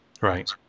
Right